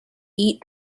eat